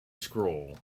scroll